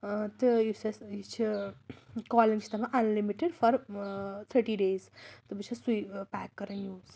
تہٕ یُس اَسہِ یہِ چھِ کالِنٛگ چھِ تَتھ اَنلِمِٹٕڈ فار تھٔٹی ڈیٚیِز تہٕ بہٕ چھَس سُے پیک کَران یوٗز